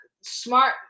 smart